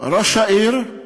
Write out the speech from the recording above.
ראש העיר,